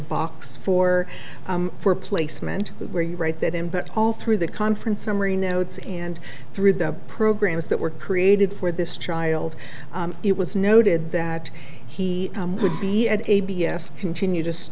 box for for placement where you write that in but all through the conference summary notes and through the programs that were created for this child it was noted that he would be at a b s continue just